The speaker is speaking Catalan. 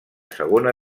segona